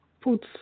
puts